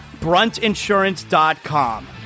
BruntInsurance.com